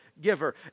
giver